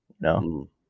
no